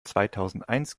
zweitausendeins